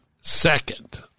Second